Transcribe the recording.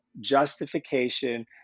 justification